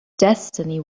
destiny